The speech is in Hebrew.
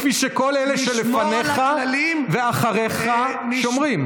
כפי שכל אלה שלפניך ואחריך שומרים.